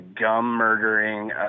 gum-murdering